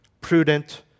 prudent